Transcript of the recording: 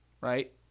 right